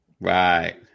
right